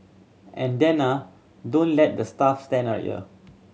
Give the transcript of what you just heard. and then ah don't let the staff stand on here